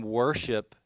worship